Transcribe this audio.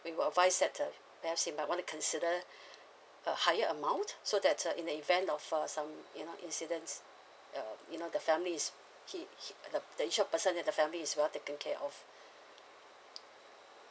we will advise that the may have see might want to consider a higher amount so that uh in the event of uh some you know incidents err you know the family is he he the the insure person in the family is well taken care of